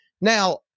Now